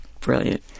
brilliant